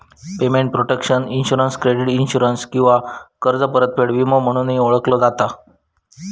payment protection insurance credit insurance किंवा कर्ज परतफेड विमो म्हणूनही ओळखला जाता